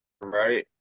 Right